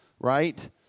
right